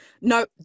No